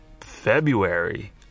february